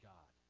God